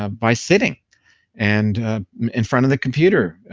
ah by sitting and in front of the computer.